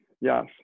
yes